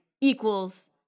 equals